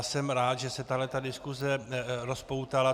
Jsem rád, že se tahle diskuse rozpoutala.